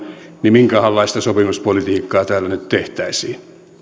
niin minkähänlaista sopimuspolitiikkaa täällä nyt tehtäisiin